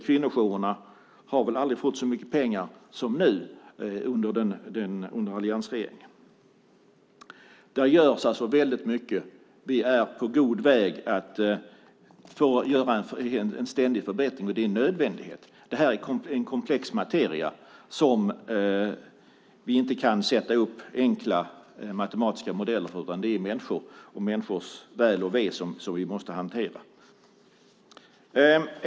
Kvinnojourerna har väl aldrig fått så mycket pengar som nu under alliansregeringen. Det görs mycket. Vi är på god väg med en ständig förbättring. Det är nödvändigt. Det är en komplex materia som vi inte kan sätta upp enkla matematiska modeller för. Det är människor och människors väl och ve som vi måste hantera.